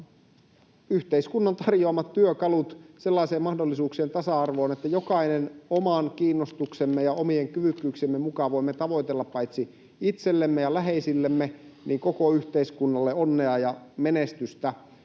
yhteiskunnan tarjoamat työkalut sellaiseen mahdollisuuksien tasa-arvoon, että jokainen oman kiinnostuksemme ja omien kyvykkyyksiemme mukaan voi tavoitella paitsi itsellemme ja läheisillemme myös koko yhteiskunnalle onnea ja menestystä.